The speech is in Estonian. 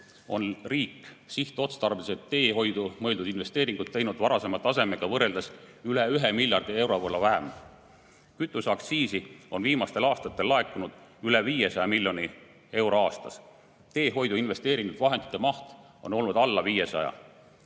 on riik sihtotstarbeliselt teehoidu mõeldud investeeringuid teinud varasema tasemega võrreldes üle 1 miljardi euro võrra vähem. Kütuseaktsiisi on viimastel aastatel laekunud üle 500 miljoni euro aastas. Teehoidu investeeritud vahendite maht on olnud alla 50%